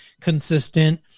consistent